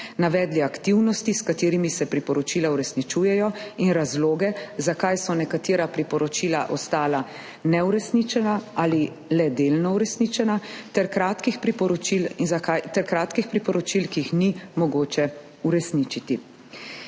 navedli aktivnosti, s katerimi se priporočila uresničujejo, in razloge, zakaj so nekatera priporočila ostala neuresničena ali le delno uresničena, ter kratkih priporočil, ki jih ni mogoče uresničiti.